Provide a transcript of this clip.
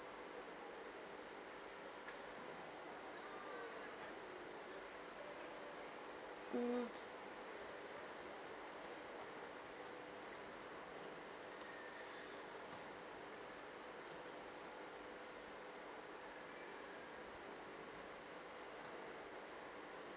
mm